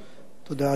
אדוני היושב-ראש,